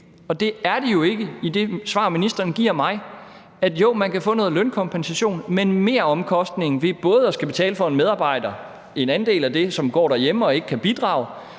Og det er de jo ikke ifølge det svar, som ministeren giver mig. Jo, man kan få noget lønkompensation, men der er meromkostningen ved både at skulle betale for en andel af de medarbejdere, som går derhjemme og ikke kan bidrage,